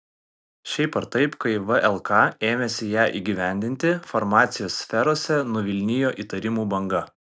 šiaip ar taip kai vlk ėmėsi ją įgyvendinti farmacijos sferose nuvilnijo įtarimų banga